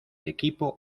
equipo